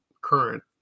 current